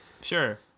sure